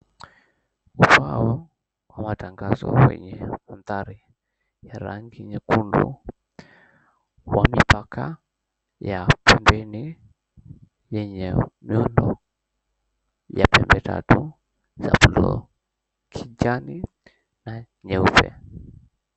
Ubao ama tangazo kwenye mandhari ya rangi nyekundu wamepaka ya pembeni yenye miundo ya pembe tatu za bluu, kijani na nyeupe.